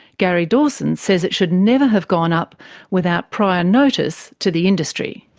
gary dawson says it should never have gone up without prior notice to the industry.